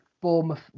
Bournemouth